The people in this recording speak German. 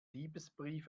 liebesbrief